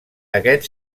aquest